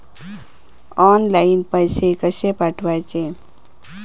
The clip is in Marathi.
ऑनलाइन पैसे कशे पाठवचे?